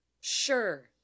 sure